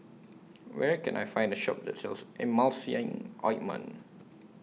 Where Can I Find A Shop that sells Emulsying Ointment